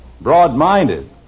Broad-minded